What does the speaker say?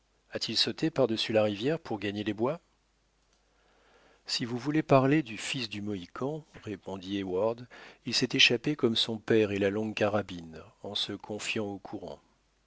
a-t-il sauté par-dessus la rivière pour gagner les bois si vous voulez parler du fils du mohican répondit heyward il s'est échappé comme son père et la longuecarabine en se confiant au courant